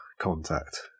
contact